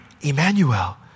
Emmanuel